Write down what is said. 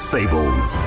Sables